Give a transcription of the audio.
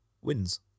wins